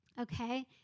Okay